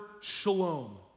shalom